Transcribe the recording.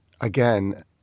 again